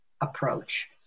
approach